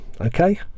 Okay